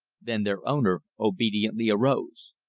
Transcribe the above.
then their owner obediently arose.